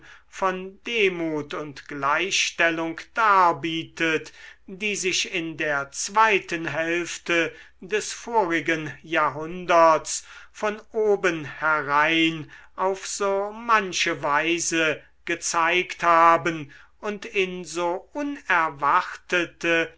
von demut und gleichstellung darbietet die sich in der zweiten hälfte des vorigen jahrhunderts von obenherein auf so manche weise gezeigt haben und in so unerwartete